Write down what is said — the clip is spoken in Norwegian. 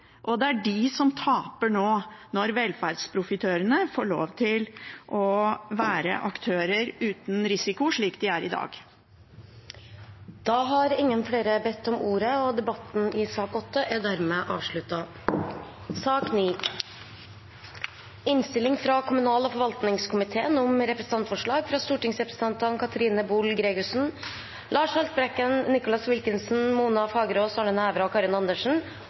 og det er de som taper nå når velferdsprofitørene får lov til å være aktører uten risiko, slik de er i dag. Flere har ikke bedt om ordet til sak nr. 8. Etter ønske fra kommunal- og forvaltningskomiteen vil presidenten ordne debatten på følgende måte: 3 minutter til hver partigruppe og